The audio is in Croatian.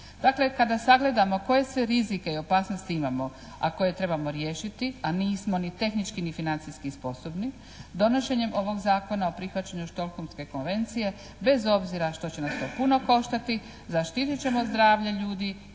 Dakle kada sagledamo koje sve rizike i opasnosti imamo, a koje trebamo riješiti a nismo ni tehnički ni financijski sposobni donošenjem ovog Zakona o prihvaćanju Stockholmske konvencije bez obzira što će nas to puno koštati zaštitit ćemo zdravlje ljudi